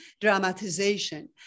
dramatization